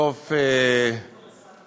כבוד סגן השר,